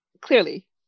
Clearly